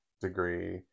degree